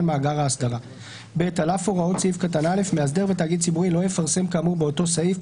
לדעת מה האסדרה הרלוונטית יוכל להיכנס לאותו אתר ולמצוא